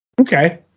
Okay